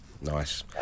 Nice